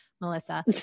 Melissa